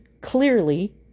clearly